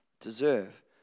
deserve